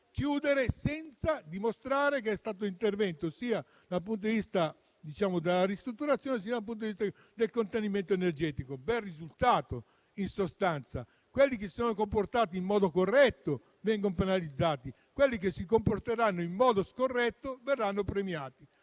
chiudere senza dimostrare che c'è stato l'intervento, dal punto di vista sia della ristrutturazione che del contenimento energetico. Bel risultato! In sostanza, quelli che si sono comportati in modo corretto vengono penalizzati, mentre quelli che si comporteranno in modo scorretto verranno premiati.